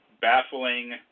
baffling